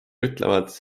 ütlevad